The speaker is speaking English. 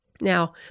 Now